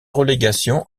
relégation